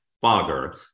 Fogger